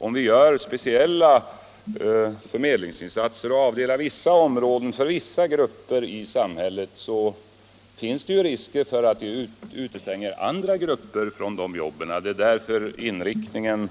Om vi gör speciella förmedlingsinsatser och avdelar områden för vissa grupper i samhället, finns det risk för att vi utestänger andra grupper från jobb. Det är därför inriktningen